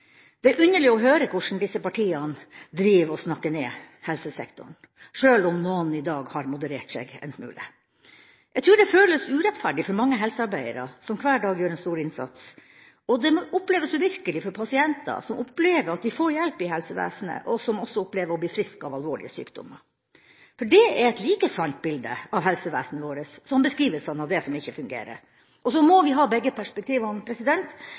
Det er underlig å høre hvordan disse partiene driver og snakker ned helsesektoren, sjøl om noen i dag har moderert seg en smule. Jeg tror det føles urettferdig for mange helsearbeidere som hver dag gjør en stor innsats, og det må oppleves som uvirkelig for pasienter som opplever at de får hjelp i helsevesenet, og som også opplever å bli friske av alvorlige sykdommer. Dette er et like sant bilde av helsevesenet vårt som beskrivelsene av det som ikke fungerer. Vi må ha begge perspektivene. Vi må vite noe om hva som går bra, og så må vi